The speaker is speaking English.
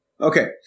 Okay